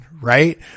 right